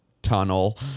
tunnel